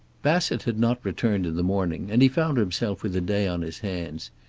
bassett had not returned in the morning, and he found himself with a day on his hands.